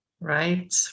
Right